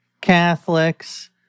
Catholics